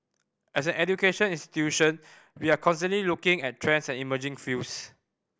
as an education institution we are constantly looking at trends and emerging fields